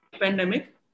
pandemic